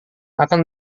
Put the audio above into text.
akan